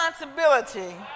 responsibility